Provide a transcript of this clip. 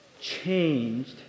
changed